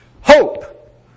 Hope